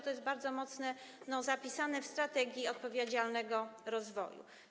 To jest bardzo wyraźnie zapisane w strategii odpowiedzialnego rozwoju.